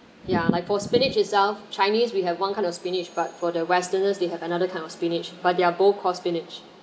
ya like for spinach itself chinese we have one kind of spinach but for the westerners they have another kind of spinach but they're both called spinach